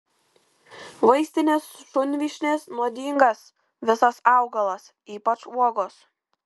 vaistinės šunvyšnės nuodingas visas augalas ypač uogos